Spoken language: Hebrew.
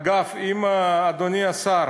אגב, אם אדוני השר,